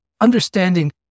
understanding